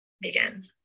begin